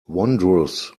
wondrous